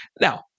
now